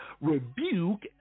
rebuke